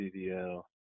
CDL